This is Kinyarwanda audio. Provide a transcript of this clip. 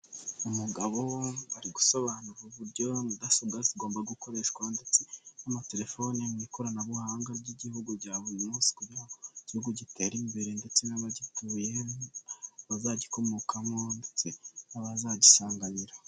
Umugabo ari gusobanura uburyo mudasobwa zigomba gukoreshwa ndetse n'amatelefoni mu ikoranabuhanga ry'igihugu rya buri munsi kugira ngo igihugu gitere imbere ndetse n'abagituye, abazagikomokamo ndetse n'abazagisanganira.